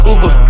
Uber